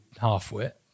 half-wit